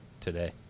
today